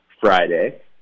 Friday